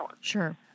Sure